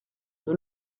nous